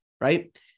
right